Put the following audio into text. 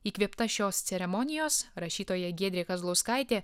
įkvėpta šios ceremonijos rašytoja giedrė kazlauskaitė